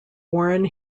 warren